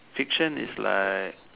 fiction is like